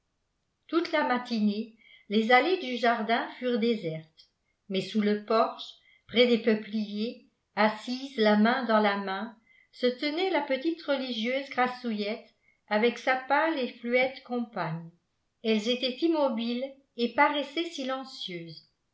toute la matinée les allées du jardin furent désertes mais sous le porche près des peupliers assises la main dans la main se tenaient la petite religieuse grassouillette avec sa pâle et fluette compagne elles étaient immobiles et paraissaient silencieuses